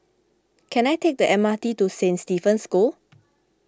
can I take the M R T to Saint Stephen's School